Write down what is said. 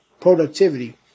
productivity